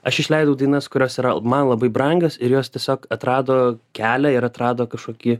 aš išleidau dainas kurios yra man labai brangios ir jos tiesiog atrado kelią ir atrado kažkokį